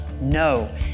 No